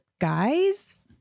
guys